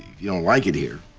you don't like it here,